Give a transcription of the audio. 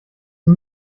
die